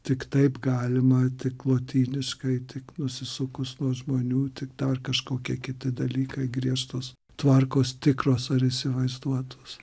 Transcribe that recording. tik taip galima tik lotyniškai tik nusisukus nuo žmonių tik dar kažkokie kiti dalykai griežtos tvarkos tikros ar įsivaizduotos